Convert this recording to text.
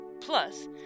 Plus